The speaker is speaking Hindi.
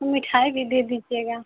मिठाई भी दे दीजिएगा